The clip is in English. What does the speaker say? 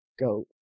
go